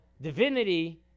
divinity